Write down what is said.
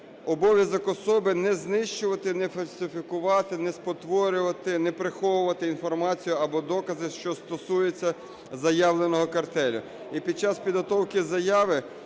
обов'язок особи не знищувати, не фальсифікувати, не спотворювати, не приховувати інформацію або докази, що стосується заявленого картелю.